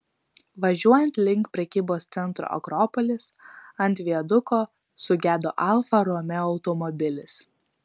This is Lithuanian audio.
važiuojant link prekybos centro akropolis ant viaduko sugedo alfa romeo automobilis